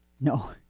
no